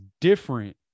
different